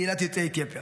קהילת יוצאי אתיופיה.